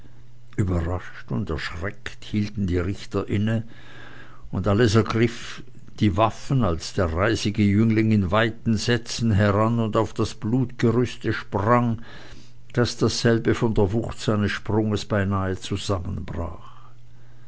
überrascht und erschreckt hielten die richter inne und alles griff zu den waffen als der reisige jüngling in weiten sätzen heran und auf das blutgerüste sprang daß dasselbe von der wucht seines sprunges beinahe zusammenbrach